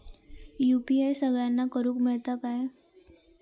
UPI सगळ्यांना करुक मेलता काय?